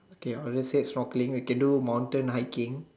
okay obviously is straw playing we can do mountain hiking